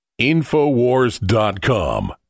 InfoWars.com